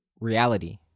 reality